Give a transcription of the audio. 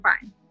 fine